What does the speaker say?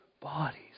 bodies